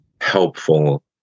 helpful